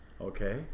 Okay